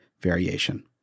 variation